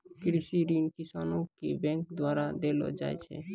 कृषि ऋण किसानो के बैंक द्वारा देलो जाय छै